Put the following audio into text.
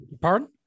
Pardon